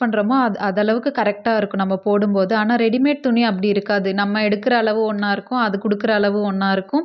பண்ணுறமோ அது அது அளவுக்கு கரெக்டாக இருக்கும் நம்ம போடும்போது ஆனால் ரெடிமேட் துணி அப்படி இருக்காது நம்ம எடுக்கிற அளவு ஒன்றா இருக்கும் அது கொடுக்குற அளவு ஒன்றா இருக்கும்